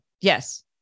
yes